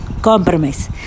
Compromise